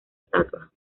estatua